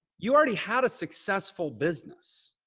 you already had a successful business.